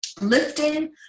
lifting